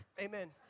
amen